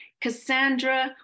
Cassandra